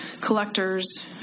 collectors